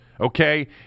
okay